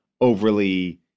overly